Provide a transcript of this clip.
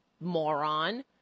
moron